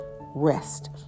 rest